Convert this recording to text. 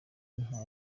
nta